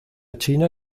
china